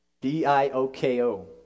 D-I-O-K-O